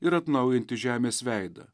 ir atnaujinti žemės veidą